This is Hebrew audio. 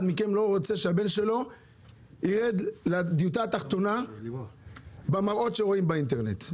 מכם לא רוצה שהבן שלו ירד לדיוטה התחתונה במראות שרואים באינטרנט.